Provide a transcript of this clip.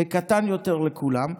בקטן יותר, לכולם.